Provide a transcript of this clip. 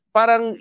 parang